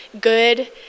good